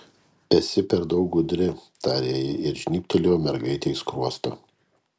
esi per daug gudri tarė ji ir žnybtelėjo mergaitei skruostą